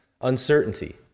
uncertainty